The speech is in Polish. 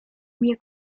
mnie